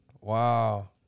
Wow